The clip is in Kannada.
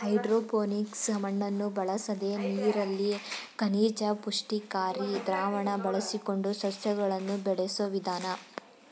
ಹೈಡ್ರೋಪೋನಿಕ್ಸ್ ಮಣ್ಣನ್ನು ಬಳಸದೆ ನೀರಲ್ಲಿ ಖನಿಜ ಪುಷ್ಟಿಕಾರಿ ದ್ರಾವಣ ಬಳಸಿಕೊಂಡು ಸಸ್ಯಗಳನ್ನು ಬೆಳೆಸೋ ವಿಧಾನ